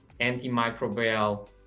antimicrobial